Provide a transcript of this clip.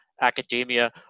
academia